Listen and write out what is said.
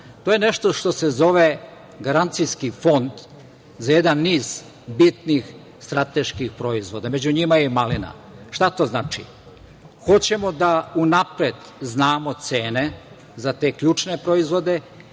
To je nešto što se zove garancijski fond za jedan niz bitnih, strateških proizvoda. Među njima je i malina. Šta to znači? Hoćemo da unapred znamo cene za te ključne proizvode